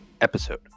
episode